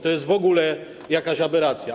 To jest w ogóle jakaś aberracja.